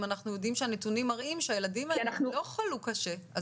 אנחנו יודעים שהנתונים מראים שהילדים האלה לא חלו קשה?